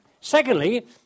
Secondly